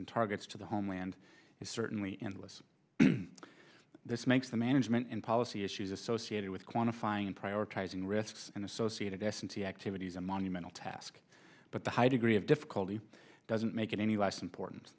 and targets to the homeland is certainly endless this makes the management and policy issues associated with quantifying and prioritizing risks and associated s and t activities a monumental task but the high degree of difficulty doesn't make it any less important